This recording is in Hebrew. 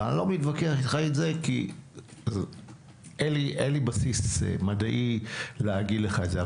אבל אני לא מתווכח כי אין לי בסיס מדעי לומר את זה.